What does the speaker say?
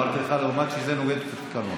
אמרתי לך: למרות שזה נוגד את התקנון.